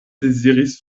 deziris